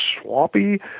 swampy